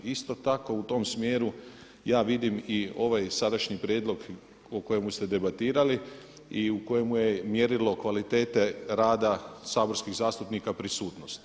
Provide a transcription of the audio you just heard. Isto tako u tom smjeru ja vidim i ovaj sadašnji prijedlog o kojemu ste debatirali i u kojemu je mjerilo kvalitete rada saborskih zastupnika prisutnost.